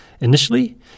initially